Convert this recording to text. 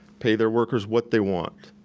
pay their workers what they want,